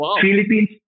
Philippines